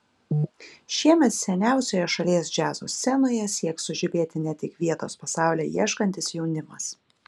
šiemet seniausioje šalies džiazo scenoje sieks sužibėti ne tik vietos po saule ieškantis jaunimas